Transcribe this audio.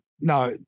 no